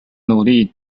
努力